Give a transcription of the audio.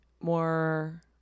more